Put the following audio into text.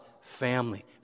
family